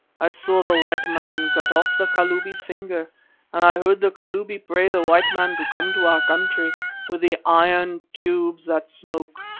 i saw the white man cut off the kalubi's finger and i heard the kalubi pray the white man to come to our country with the iron tubes that smoke,